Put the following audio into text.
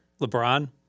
LeBron